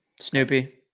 Snoopy